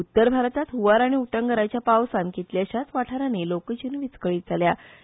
उत्तर भारतात हुंवार आनी उत्तराच्या पावसान कितल्याश्याच वाठारानी लोकजीण विसकळीत जात्या